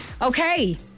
Okay